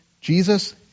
Jesus